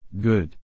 Good